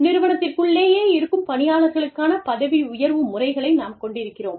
நிறுவனத்திற்குள்ளேயே இருக்கும் பணியாளர்களுக்கான பதவி உயர்வு முறைகளை நாம் கொண்டிருக்கிறோம்